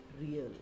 real